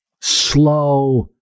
slow